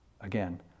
again